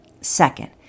Second